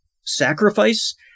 sacrifice